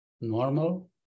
normal